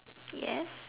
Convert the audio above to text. yes